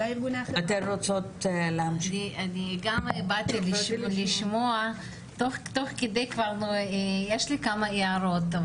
אני גם באתי לשמוע, תוך כדי כבר יש לי כמה הערות.